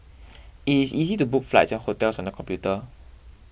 it is easy to book flights and hotels on the computer